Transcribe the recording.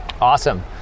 Awesome